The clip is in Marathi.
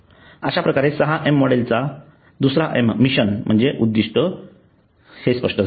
अश्याप्रकारे 6 एम मॉडेलचा दुसरा एम मिशन म्हणजे उद्दिष्ट स्पष्ट झाले